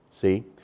see